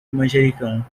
manjericão